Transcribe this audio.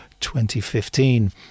2015